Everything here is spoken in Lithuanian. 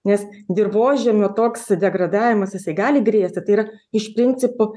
nes dirvožemio toks degradavimas jisai gali grėsti yra iš principų